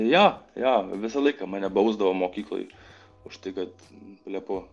jo jo visą laiką mane bausdavo mokykloj už tai kad plepu